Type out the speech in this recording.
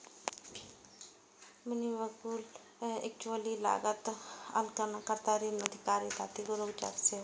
मुनीम, वकील, एक्चुअरी, लागत आकलन कर्ता, ऋण अधिकारी आदिक रोजगार सेहो छै